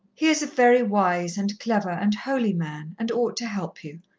he is a very wise and clever and holy man, and ought to help you.